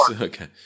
Okay